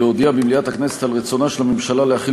להודיע במליאת הכנסת על רצונה של הממשלה להחיל